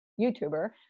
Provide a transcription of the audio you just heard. YouTuber